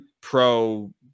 pro